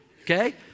Okay